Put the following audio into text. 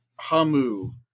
Hamu